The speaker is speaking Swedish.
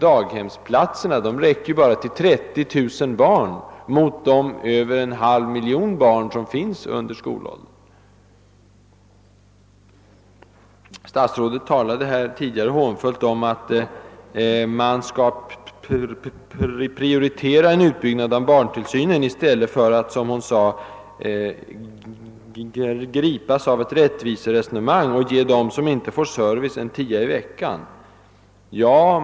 Daghemsplatserna räcker bara till 30 000 av de över en halv miljon barnen i vårt land under skolåldern. Statsrådet sade att man bör prioritera en utbyggnad av barntillsynen i stället för att hänge sig åt ett rättvise resonemang och — som hon hånfullt sade — >»ge dem som inte får service en tia i veckan».